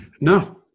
No